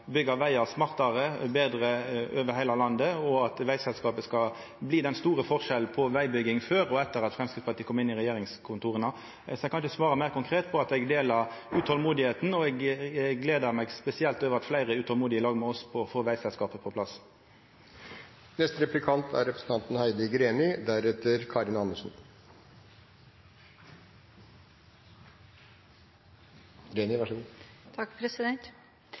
byggja vegar smartare og betre over heile landet, og at vegselskapet skal bli den store forskjellen på vegbygging før og etter at Framstegspartiet kom inn i regjeringskontora. Eg kan ikkje svara meir konkret enn at eg deler utolmodet, og eg gler meg spesielt over at fleire i lag med oss er utolmodige etter å få vegselskapet på plass. I Fremskrittspartiets prinsipprogram er